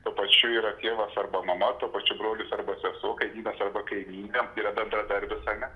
tuo pačiu yra tėvas arba mama tuo pačiu brolis arba sesuo kaimynas arba kaimynė yra bendradarbis ar ne